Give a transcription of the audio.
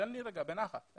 תן לי רגע, בנחת.